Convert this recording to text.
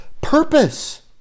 purpose